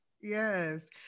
Yes